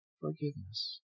forgiveness